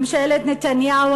ממשלת נתניהו,